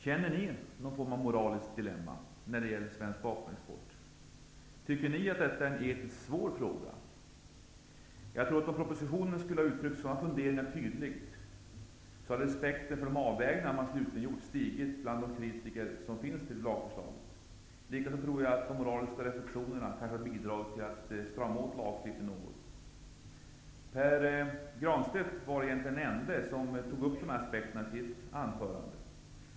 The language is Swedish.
Känner ni någon form av moraliskt dilemma när det gäller svensk vapenexport? Tycker ni att detta är en etiskt svår fråga? Jag tror att om propositionen tydligt hade uttryckt sådana funderingar, hade respekten för de avvägningar man slutligen gjorde stigit bland kritikerna mot lagförslaget. Jag tror också att de moraliska reflexionerna kanske hade bidragit till att strama åt lagstiftningen något. Pär Granstedt var egentligen den enda som tog upp de här aspekterna i sitt anförande.